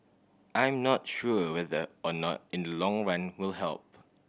I'm not sure whether or not in the long run will help